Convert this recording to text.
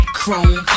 chrome